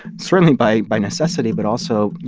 certainly by by necessity but also, you